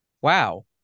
wow